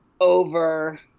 Over